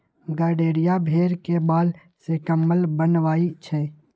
गड़ेरिया भेड़ के बाल से कम्बल बनबई छई